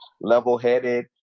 level-headed